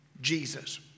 Jesus